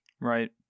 Right